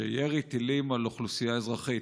שירי טילים על אוכלוסייה אזרחית,